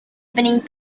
evening